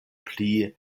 pli